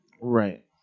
Right